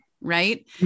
right